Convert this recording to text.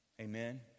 Amen